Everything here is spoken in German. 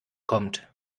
kommt